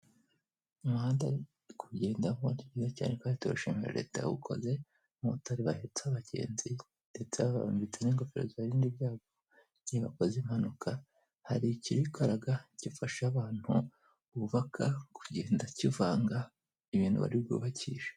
Umuhanda kuwugendamo ni byiza cyane kandi turashimira leta yawukoze, abomotari abahetse abagenzi ndetse babambitse n'ingofero zibarinda ibyago iyo bakoza impanuka. Hari ikiri kwikaraga gifasha abantu bubaka kugenda kivanga ibintu bari bwubakishe.